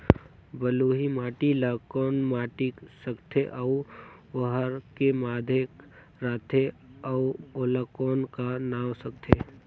बलुही माटी ला कौन माटी सकथे अउ ओहार के माधेक राथे अउ ओला कौन का नाव सकथे?